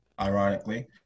ironically